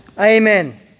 Amen